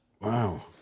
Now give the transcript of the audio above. Wow